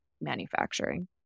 manufacturing